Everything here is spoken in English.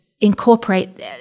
incorporate